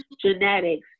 genetics